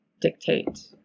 dictate